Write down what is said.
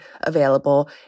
available